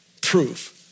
proof